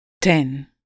Ten